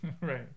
right